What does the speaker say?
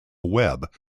web